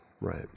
right